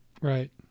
Right